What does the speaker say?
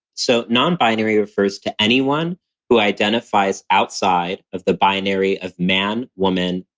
so nonbinary refers to anyone who identifies outside of the binary of man, woman,